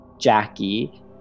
Jackie